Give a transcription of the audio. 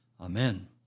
Amen